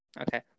Okay